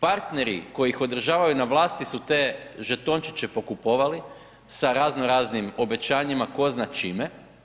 Partneri koji ih održavaju na vlasti su te žetončiće pokupovali sa razno raznim obećanjima tko zna čime.